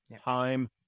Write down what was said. time